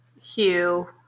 Hugh